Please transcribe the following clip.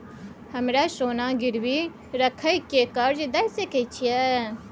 हमरा सोना गिरवी रखय के कर्ज दै सकै छिए?